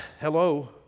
hello